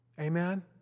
Amen